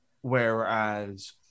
Whereas